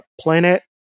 planet